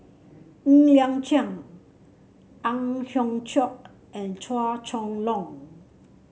Ng Liang Chiang Ang Hiong Chiok and Chua Chong Long